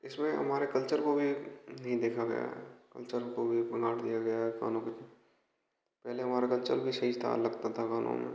इसमें हमारे कल्चर को भी नहीं देखा गया है कल्चर को भी पनाट दिया गया है गानों में पहले हमारा कल्चर भी सही था लगता था गानों में